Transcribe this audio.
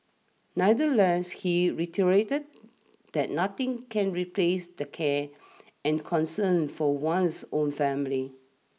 nevertheless he reiterated that nothing can replace the care and concern from one's own family